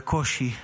בקושי.